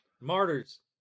Martyrs